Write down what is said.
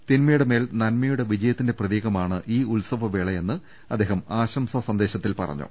തിന്മയുടെ മേൽ നന്മയുടെ വിജയ ത്തിന്റെ പ്രതീകമാണ് ഈ ഉത്സവ വേളയെന്ന് അദ്ദേഹം ആശംസാ സന്ദേശത്തിൽ പറഞ്ഞു